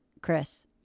Chris